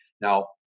now